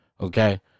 okay